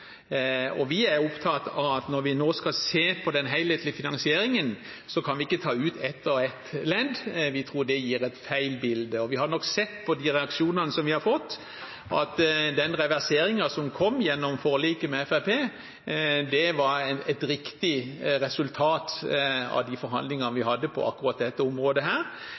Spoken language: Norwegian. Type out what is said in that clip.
Vi er opptatt av at når vi nå skal se på den helhetlige finansieringen, kan vi ikke ta ut ett og ett ledd, for vi tror det gir et feil bilde. Vi har nok sett på de reaksjonene som vi har fått, at den reverseringen som kom gjennom forliket med Fremskrittspartiet, var et riktig resultat av de forhandlingene vi hadde på akkurat dette området.